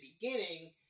beginning